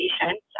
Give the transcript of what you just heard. patients